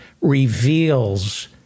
reveals